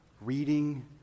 reading